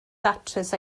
datrys